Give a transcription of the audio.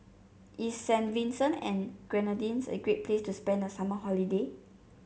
is Saint Vincent and the Grenadines a great place to spend the summer holiday